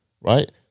right